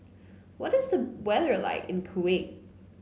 what is the weather like in Kuwait